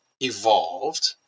evolved